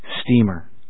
steamer